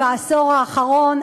בעשור האחרון,